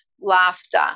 laughter